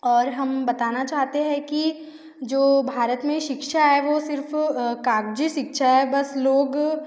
और हम बताना चाहते है कि जो भारत में शिक्षा है वो सिर्फ़ कागज़ी सीखा है बस लोग